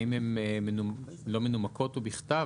האם הן לא מנומקות או בכתב?